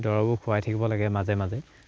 দৰৱবোৰ খুৱাই থাকিব লাগে মাজে মাজে